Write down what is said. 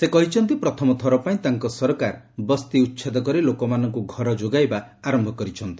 ସେ କହିଛନ୍ତି ପ୍ରଥମଥର ପାଇଁ ତାଙ୍କ ସରକାର ବସ୍ତି ଉଚ୍ଛେଦ କରି ଲୋକମାନଙ୍କୁ ଘର ଯୋଗାଇବା ଆରମ୍ଭ କରିଛନ୍ତି